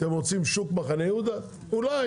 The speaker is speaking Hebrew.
אתם רוצים שוק מחנה יהודה - אולי,